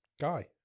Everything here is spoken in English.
guy